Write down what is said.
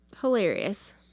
Hilarious